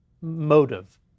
motive